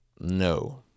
No